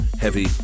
heavy